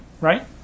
right